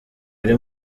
biri